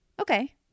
okay